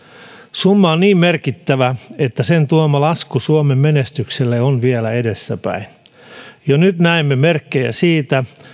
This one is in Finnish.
summa on niin merkittävä että sen tuoma lasku suomen menestykselle on vielä edessäpäin jo nyt näemme merkkejä siitä